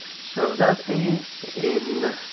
so that is in.